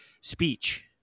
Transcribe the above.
speech